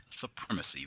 supremacy